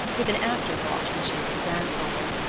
with an after-thought in the shape of a grandfather.